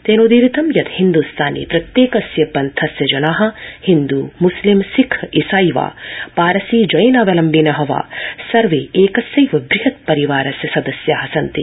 तेनोदीरितं यत् हिन्दुस्ताने प्रत्येकस्य पंथस्य जना हिन्दु मुस्लिम सिक्ख ईसाई वा पारसी जैन अवलम्बिन वा सर्वे एकस्थैव बृहद् परिवारस्य सदस्या सन्ति